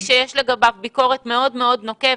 שיש לגביו ביקורת מאוד מאוד נוקבת.